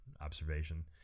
Observation